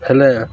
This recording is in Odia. ହେଲେ